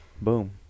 Boom